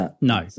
no